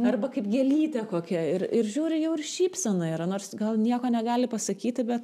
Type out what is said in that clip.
arba kaip gėlytė kokia ir ir žiūri jau ir šypsena yra nors gal nieko negali pasakyti bet